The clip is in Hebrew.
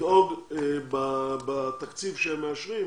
לדאוג בתקציב שהם מאשרים,